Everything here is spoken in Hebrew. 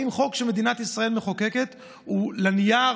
האם חוק שמדינת ישראל מחוקקת הוא לנייר,